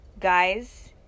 Guys